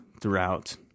throughout